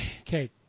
Okay